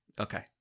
Okay